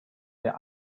der